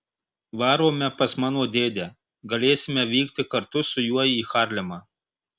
varome pas mano dėdę galėsime vykti kartu su juo į harlemą